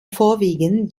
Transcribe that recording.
vorwiegend